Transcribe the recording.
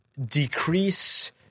decrease